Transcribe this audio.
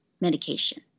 medication